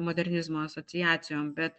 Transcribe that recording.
modernizmo asociacijom bet